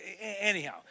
anyhow